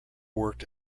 worked